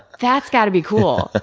that's got to be cool.